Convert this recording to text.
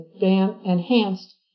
enhanced